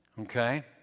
Okay